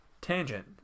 Tangent